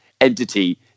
entity